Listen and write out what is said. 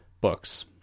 books